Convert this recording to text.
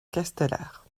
castellar